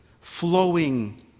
flowing